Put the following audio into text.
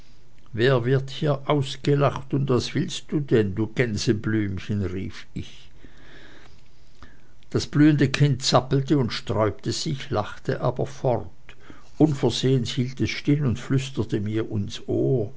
wer wird hier ausgelacht und was willst du denn du gänseblümchen rief ich das blühende kind zappelte und sträubte sich lachte aber fort unversehens hielt es still und flüsterte mir ins ohr